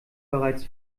bereits